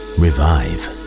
revive